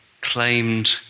claimed